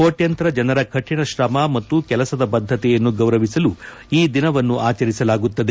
ಕೋಟ್ಲಂತರ ಜನರ ಕಠಿಣ ಶ್ರಮ ಮತ್ತು ಕೆಲಸದ ಬದ್ದತೆಯನ್ನು ಗೌರವಿಸಲು ಈ ದಿನವನ್ನು ಆಚರಿಸಲಾಗುತ್ತದೆ